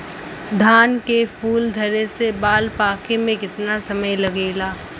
धान के फूल धरे से बाल पाके में कितना समय लागेला?